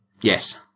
Yes